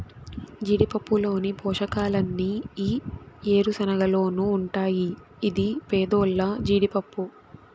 జీడిపప్పులోని పోషకాలన్నీ ఈ ఏరుశనగలోనూ ఉంటాయి ఇది పేదోల్ల జీడిపప్పు